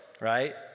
right